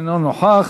אינו נוכח,